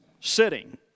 sitting